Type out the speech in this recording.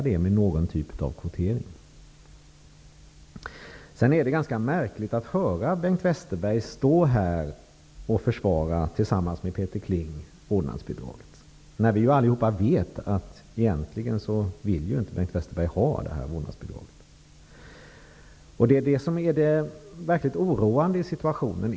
Det är ganska märkligt att höra Bengt Westerberg stå här och tillsammans med Peter Kling försvara vårdnadsbidraget när vi ju allihop vet att Bengt Westerberg egentligen inte vill ha detta vårdnadsbidrag. Det är det som är det verkligt oroande i situationen.